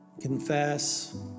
confess